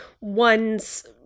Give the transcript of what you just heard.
one's